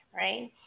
right